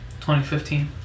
2015